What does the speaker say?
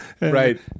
Right